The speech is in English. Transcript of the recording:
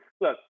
look